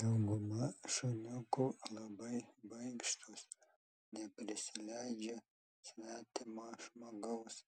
dauguma šuniukų labai baikštūs neprisileidžia svetimo žmogaus